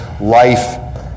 life